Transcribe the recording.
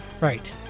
Right